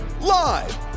live